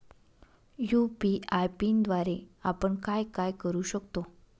UPI पिनद्वारे आपण काय काय करु शकतो?